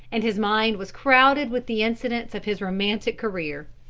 and his mind was crowded with the incidents of his romantic career.